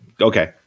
Okay